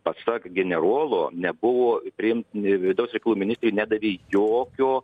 pasak generolo nebuvo priimtini vidaus reikalų ministrė nedavė jokio